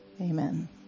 Amen